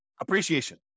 appreciation